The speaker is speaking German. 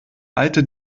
alte